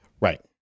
right